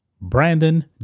Brandon